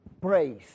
praise